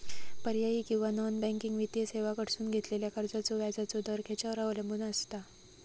पर्यायी किंवा non banking वित्तीय सेवांकडसून घेतलेल्या कर्जाचो व्याजाचा दर खेच्यार अवलंबून आसता?